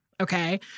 okay